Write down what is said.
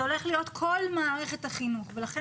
זאת הולכת להיות כל מערכת החינוך ולכן